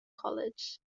college